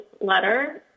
letter